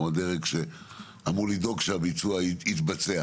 אבל אנחנו הדרג שאמור לדאוג שהביצוע יתבצע,